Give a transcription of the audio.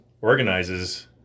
organizes